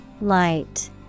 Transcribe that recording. light